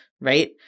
right